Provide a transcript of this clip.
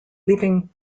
leaving